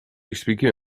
expliquer